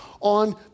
on